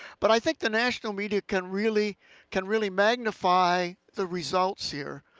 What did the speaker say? but i think the national media can really can really magnify the results here.